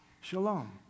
shalom